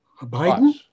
Biden